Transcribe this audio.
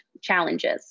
challenges